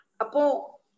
Apo